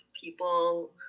people